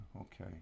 okay